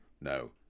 no